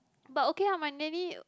but okay lah my nanny